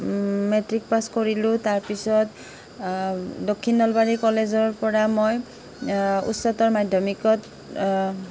matric pass কৰিলোঁ তাৰপিছত দক্ষিণ নলবাৰী কলেজৰ পৰা মই উচ্চতৰ মাধ্যমিকত